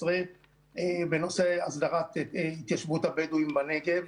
בנושא הסדרת התיישבות הבדואים בנגב.